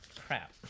Crap